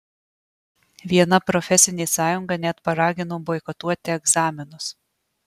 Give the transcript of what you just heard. viena profesinė sąjunga net paragino boikotuoti egzaminus